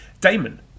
Damon